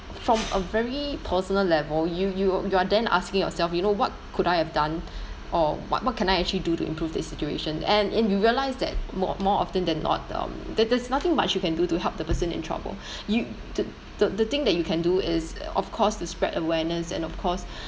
from a very personal level you you you're then asking yourself you know what could I have done or what what can I actually do to improve the situation and if you realise that more more often than not um there there's nothing much you can do to help the person in trouble you th~ the the thing that you can do is of course to spread awareness and of course